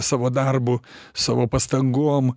savo darbu savo pastangom